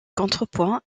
contrepoids